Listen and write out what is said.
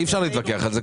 אי אפשר להתווכח על זה,